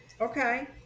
Okay